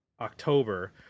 October